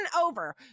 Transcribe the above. over